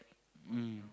mm